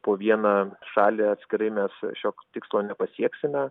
po vieną šalį atskirai mes šio tikslo nepasieksime